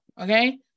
okay